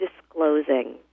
disclosing